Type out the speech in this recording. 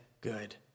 good